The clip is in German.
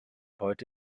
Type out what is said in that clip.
heute